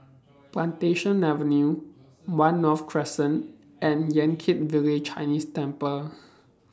Plantation Avenue one North Crescent and Yan Kit Village Chinese Temple